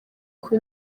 kuba